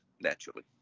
naturally